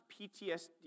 PTSD